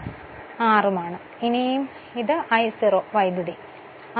അതുപോലെ R എന്നാൽ ri അല്ലാതെ മറ്റൊന്നുമല്ല